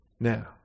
Now